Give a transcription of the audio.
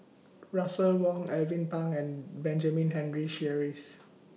Russel Wong Alvin Pang and Benjamin Henry Sheares